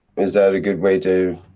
is that a good way to,